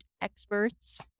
experts